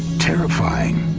terrifying